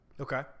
Okay